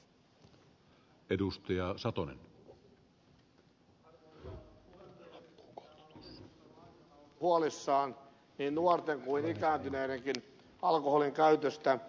täällä on keskustelun aikana oltu huolissaan niin nuorten kuin ikääntyneidenkin alkoholin käytöstä